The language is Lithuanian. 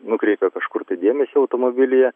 nukreipia kažkur tai dėmesį automobilyje